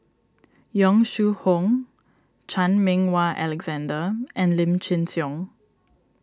Yong Shu Hoong Chan Meng Wah Alexander and Lim Chin Siong